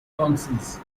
councils